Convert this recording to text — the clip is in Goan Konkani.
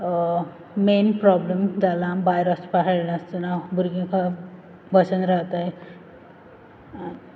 मैन प्रोब्लम जालां भायर ओसपा हेळनासतना भरगीं बसून रावताय